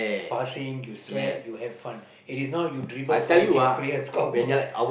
passing you sweat you have fun okay if not you dribble five six players score goal